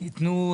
יתנו,